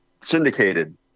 syndicated